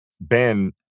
Ben